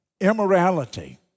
immorality